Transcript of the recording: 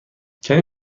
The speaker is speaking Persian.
کمی